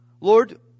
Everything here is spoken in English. lord